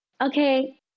okay